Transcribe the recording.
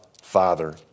Father